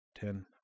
ten